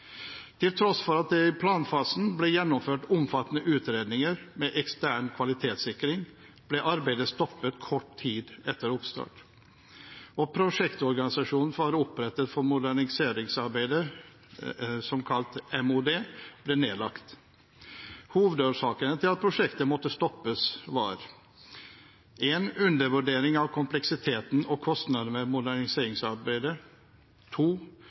Til tross for at det i planfasen ble gjennomført omfattende utredninger med ekstern kvalitetssikring, ble arbeidet stoppet kort tid etter oppstart. Prosjektorganisasjonen som var opprettet for moderniseringsarbeidet, kalt MOD, ble nedlagt. Hovedårsakene til at prosjektet måtte stoppes, var undervurdering av kompleksiteten og kostnadene ved moderniseringsarbeidet